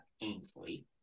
Ainsley